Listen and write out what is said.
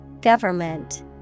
Government